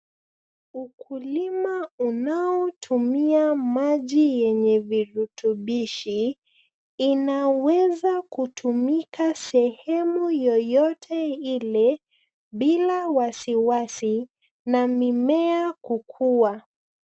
Ukulima unaotumia maji yenye virutubishi inaweza kutumika sehemu yoyote ile bila wasiwasi na mimea kukua.